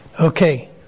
Okay